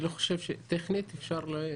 אני לא חושב שטכנית אפשר.